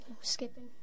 Skipping